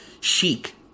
chic